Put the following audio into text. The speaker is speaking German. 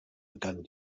begann